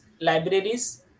libraries